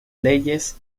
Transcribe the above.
leyes